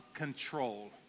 control